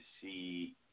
see